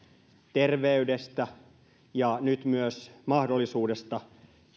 terveydestä ja nyt myös mahdollisuudesta